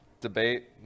debate